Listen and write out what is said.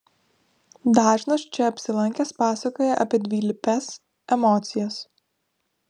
dažnas čia apsilankęs pasakoja apie dvilypes emocijas